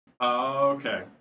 Okay